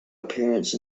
appearance